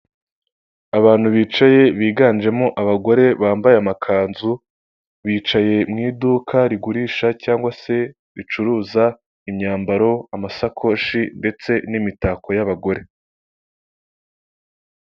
Aha ndahabona ibintu bigiye bitandukanye aho ndimo kubona abantu bagiye batandukanye, imodoka ndetse ndikubona moto zigiye zitandukanye, kandi nkaba ndimo ndabona na rifani zigiye zitandukanye, ndetse kandi nkaba ndimo kuhabona n'umuhanda wa kaburimbo.